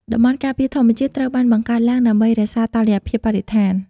តំបន់ការពារធម្មជាតិត្រូវបានបង្កើតឡើងដើម្បីរក្សាតុល្យភាពបរិស្ថាន។